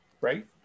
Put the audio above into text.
Right